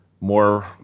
more